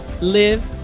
live